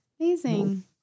Amazing